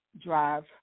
drive